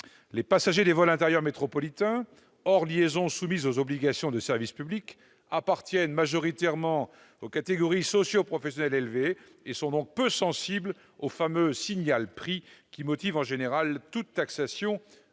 Les passagers des vols intérieurs métropolitains, hors liaisons soumises aux obligations de service public, appartiennent majoritairement aux catégories socio-professionnelles élevées. Ils sont donc peu sensibles au fameux « signal prix » qui motive en général toute taxation à visée